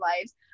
lives